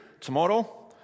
tomorrow